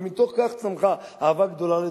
ומתוך כך צמחה אהבה גדולה לתורה,